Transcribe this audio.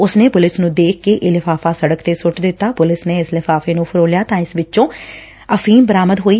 ਉਸ ਨੇ ਪੁਲਿਸ ਨੂੰ ਵੇਖ ਕੇ ਇਹ ਲਿਫਾਫਾ ਸੜਕ ਤੇ ਸੁੱਟ ਦਿੱਤਾ ਪੁਲਿਸ ਨੇ ਇਸ ਲਿਫਾਫੇ ਨੂੰ ਫਰੋਲਿਆ ਤਾਂ ਇਸ ਵਿਚੋਂ ਅਫ਼ੀਮ ਬਰਾਮਦ ਹੋਈ